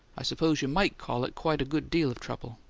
i suppose you might call it quite a good deal of trouble.